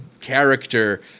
character